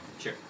Sure